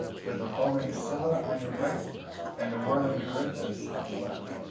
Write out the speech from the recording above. with a foaming scylla on your right and a whirling charybdis on the left.